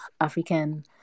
African